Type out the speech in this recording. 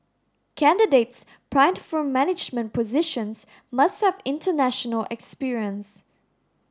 candidates primed for management positions must have international experience